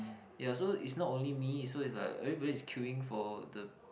ya so it's not only me so it's like everybody is queueing for the